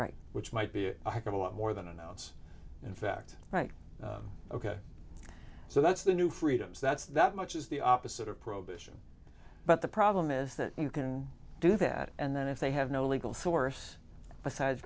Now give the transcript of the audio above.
right which might be a hike of a lot more than an ounce in fact right ok so that's the new freedoms that's that much is the opposite of prohibition but the problem is that you can do that and then if they have no legal force aside